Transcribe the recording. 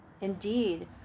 Indeed